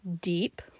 deep